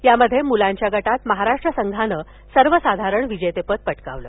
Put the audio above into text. यामध्ये म्लांच्या गटात महाराष्ट्र संघानं सर्वसाधारण विजेतेपद पटकावलं